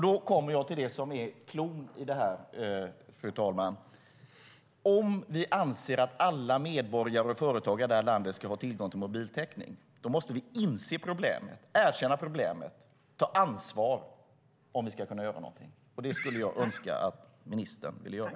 Då kommer jag till det som är cloun i det här, fru talman. Om vi anser att alla medborgare och företag i det här landet ska ha tillgång till mobiltäckning måste vi inse problemet, erkänna problemet och ta ansvar om vi ska kunna göra någonting. Det skulle jag önska att ministern ville göra.